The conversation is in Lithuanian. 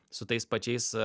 su tais pačiais